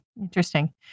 Interesting